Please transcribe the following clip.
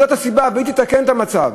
זאת הסיבה, והיא תתקן את המצב.